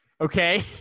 Okay